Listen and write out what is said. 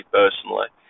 personally